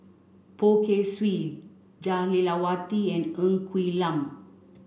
Poh Kay Swee Jah Lelawati and Ng Quee Lam